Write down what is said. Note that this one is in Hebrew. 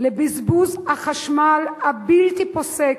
לבזבוז החשמל הבלתי-פוסק,